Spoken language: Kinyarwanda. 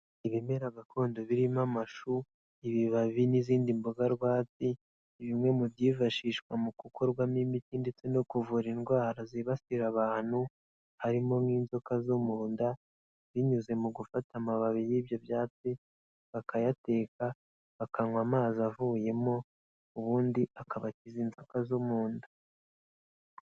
Ibimera gakondo birimo amashu, ibibabi n'izindi mboga rwatsi ni bimwe mu byifashishwa mu gukorwamo imiti ndetse no kuvura indwara zibasira abantu harimo nk'inzoka zo mu nda binyuze mu gufata amababi y'ibyo byatsi bakayateka bakanywa amazi avuyemo ubundi akabakiza inzoka zo mu nda.